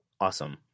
Awesome